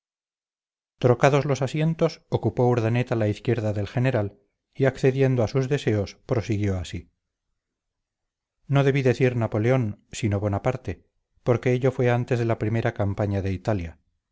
trocados los asientos ocupó urdaneta la izquierda del general y accediendo a sus deseos prosiguió así no debí decir napoleón sino bonaparte porque ello fue antes de la primera campaña de italia